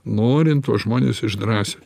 norint tuos žmones išdrąsint